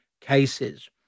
cases